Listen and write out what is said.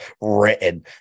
written